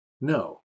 no